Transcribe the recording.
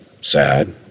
sad